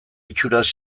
itxuraz